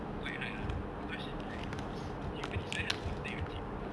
quite hard lah because it's like it's you it's very hard to contact your team